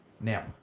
now